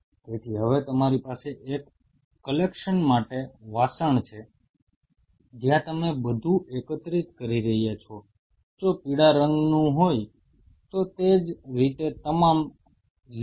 તેથી હવે તમારી પાસે એક કલેક્શન માટે વાસણ છે જ્યાં તમે બધું એકત્રિત કરી રહ્યા છો જો પીળા રંગની હોય તો તે જ રીતે તમામ લીલા